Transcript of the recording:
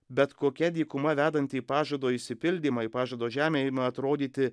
bet kokia dykuma vedanti į pažado išsipildymą į pažado žemę ima atrodyti